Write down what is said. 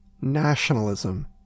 nationalism